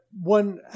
one